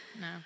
No